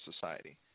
Society